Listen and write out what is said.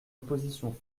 opposition